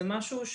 זה משהו שיש.